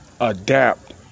adapt